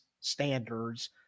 standards